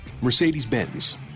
Mercedes-Benz